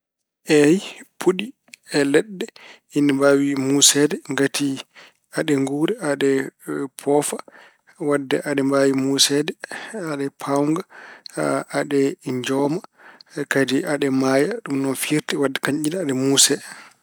Eey, puɗi e leɗɗe ine mbaawi muuseede ngati aɗe nguuri, aɗe poofa, wadde aɗa mbaawi muuseede, aɗa paawnga, aɗe njooma kadi aɗe maaya. Ɗum noon firti kañje ne aɗe muusee.